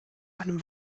einem